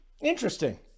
interesting